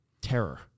terror